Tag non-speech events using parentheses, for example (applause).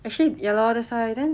actually ya lor that's why then (noise) !aiya!